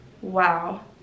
wow